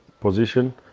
position